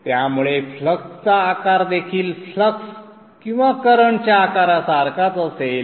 त्यामुळे फ्लक्सचा आकार देखील फ्लक्स किंवा करंट च्या आकारासारखाच असेल